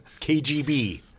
KGB